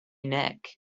nick